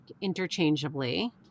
interchangeably